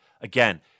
Again